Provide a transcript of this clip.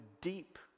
deep